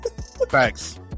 Thanks